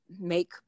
make